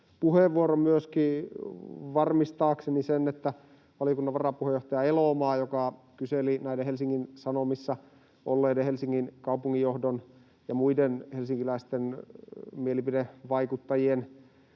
puheenvuoron myöskin varmistaakseni sen, kun valiokunnan varapuheenjohtaja Elomaa kyseli näihin Helsingin Sanomissa olleisiin Helsingin kaupungin johdon ja muiden helsinkiläisten mielipidevaikuttajien